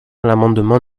l’amendement